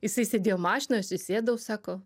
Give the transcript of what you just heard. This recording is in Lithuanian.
jisai sėdėjo mašinoj aš įsėdau sako